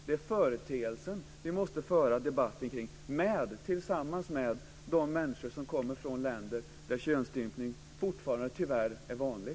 Det är företeelsen som vi måste föra debatten kring tillsammans med de människor som kommer från länder där könsstympning fortfarande tyvärr är vanlig.